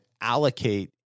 allocate